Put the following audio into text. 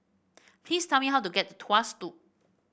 please tell me how to get to Tuas Loop